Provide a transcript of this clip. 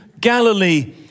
Galilee